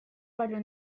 palju